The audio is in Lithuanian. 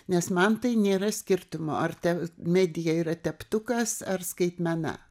nes man tai nėra skirtumo ar ta medija yra teptukas ar skaitmena